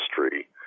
history